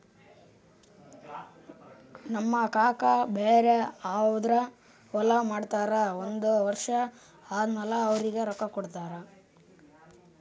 ನಮ್ ಕಾಕಾ ಬ್ಯಾರೆ ಅವ್ರದ್ ಹೊಲಾ ಮಾಡ್ತಾರ್ ಒಂದ್ ವರ್ಷ ಆದಮ್ಯಾಲ ಅವ್ರಿಗ ರೊಕ್ಕಾ ಕೊಡ್ತಾರ್